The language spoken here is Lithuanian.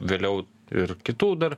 vėliau ir kitų dar